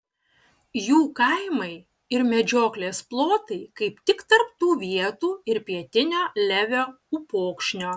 jų kaimai ir medžioklės plotai kaip tik tarp tų vietų ir pietinio levio upokšnio